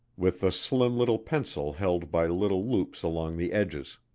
with the slim little pencil held by little loops along the edges.